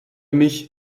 mich